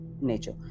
nature